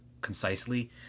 concisely